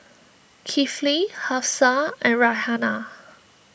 Kifli Hafsa and Raihana